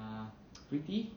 uh pretty